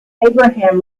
abraham